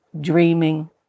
dreaming